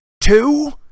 Two